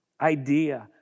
idea